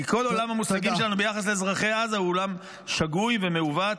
-- כי כל עולם המושגים שלנו ביחס לאזרחי עזה הוא עולם שגוי ומעוות,